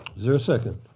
is there a second?